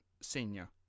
senior